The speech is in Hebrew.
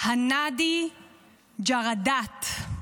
הנאדי ג'רדאת,